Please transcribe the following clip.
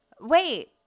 Wait